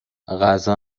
غذا